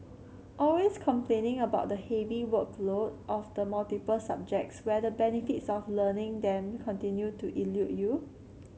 always complaining about the heavy workload of the multiple subjects where the benefits of learning them continue to elude you